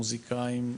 מוזיקאים,